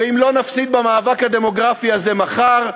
ואם לא נפסיד במאבק הדמוגרפי הזה מחר,